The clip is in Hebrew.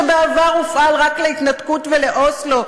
שבעבר הופעל רק להתנתקות ולהסכם אוסלו,